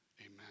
Amen